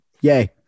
Yay